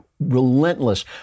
relentless